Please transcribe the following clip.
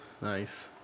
Nice